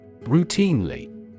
Routinely